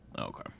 Okay